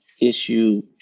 issue